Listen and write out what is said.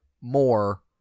more